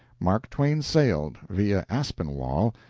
mark twain sailed, via aspinwall,